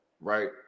right